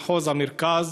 מחוז המרכז,